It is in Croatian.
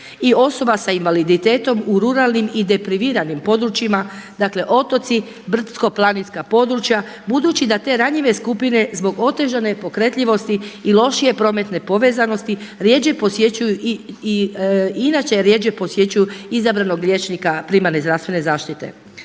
i osoba sa invaliditetom u ruralnim i depriviranim područjima, dakle otoci, brdsko-planinska područja. Budući da te ranjive skupine zbog otežane pokretljivosti i lošije prometne povezanosti rjeđe posjećuju i inače rjeđe posjećuju izabranog liječnika primarne zdravstvene zaštite.